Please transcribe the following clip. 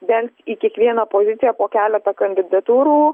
bent į kiekvieną poziciją po keletą kandidatūrų